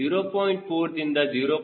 4 ದಿಂದ 0